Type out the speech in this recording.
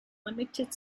limited